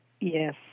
yes